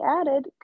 added